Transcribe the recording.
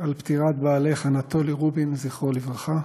עם פטירת בעלך אנטולי רובין, זכרו לברכה,